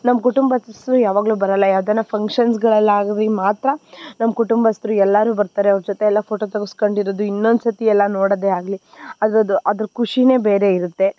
ನಮ್ಮ ಕುಟುಂಬಸ್ಥ್ರು ಯಾವಾಗಲೂ ಬರಲ್ಲ ಯಾವ್ದಾರ ಫಂಕ್ಷನ್ಸ್ಗಳಲ್ಲಾಗಲಿ ಮಾತ್ರ ನಮ್ಮ ಕುಟುಂಬಸ್ಥರು ಎಲ್ಲರೂ ಬರ್ತಾರೆ ಅವ್ರ ಜೊತೆ ಎಲ್ಲ ಫೋಟೋ ತಗೆಸ್ಕಂಡಿರದು ಇನ್ನೊಂದು ಸರ್ತಿ ಎಲ್ಲ ನೋಡೋದೇ ಆಗಲಿ ಅದರದ್ದು ಅದ್ರ ಖುಷಿಯೇ ಬೇರೆ ಇರುತ್ತೆ